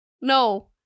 No